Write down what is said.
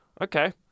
okay